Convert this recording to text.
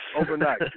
Overnight